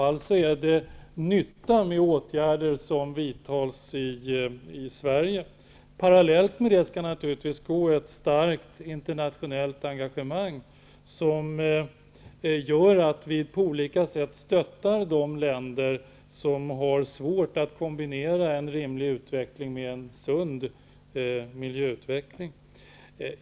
Alltså är det nyttigt att åtgärder vidtas i Parallellt med detta skall det naturligtvis finnas ett starkt internationellt engagemang, där Sverige på olika sätt stöttar de länder som har svårt att kombinera en rimlig utveckling med en sund miljö.